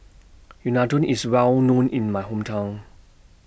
Unadon IS Well known in My Hometown